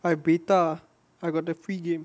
I beta I got the free game